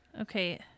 okay